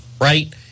Right